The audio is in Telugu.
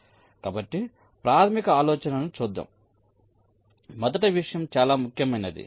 కాబట్టి ప్రాథమిక ఆలోచనను చూద్దాం మొదటి విషయం చాలా ముఖ్యమైనది